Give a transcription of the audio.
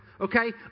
Okay